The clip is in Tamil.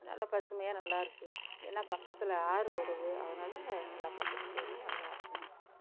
நல்லா பசுமையாக நல்லாயிருக்கு ஏன்னா பக்கத்தில் ஆறு ஓடுது அதனால் நல்லா பச்சை பச்சேல்னு நல்லா இருக்கும்